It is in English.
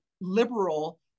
liberal